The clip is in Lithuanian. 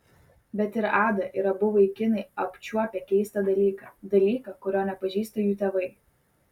bet ir ada ir abu vaikinai apčiuopę keistą dalyką dalyką kurio nepažįsta jų tėvai